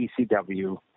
ECW